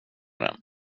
den